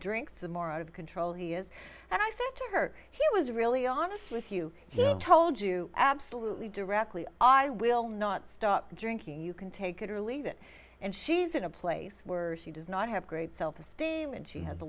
drinks the more out of control he is and i said to her he was really honest with you he told you absolutely directly i will not stop drinking you can take it or leave it and she's in a place where she does not have great self esteem and she has a